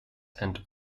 and